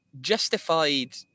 justified